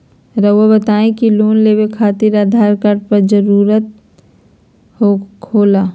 रौआ बताई की लोन लेवे खातिर आधार कार्ड जरूरी होला?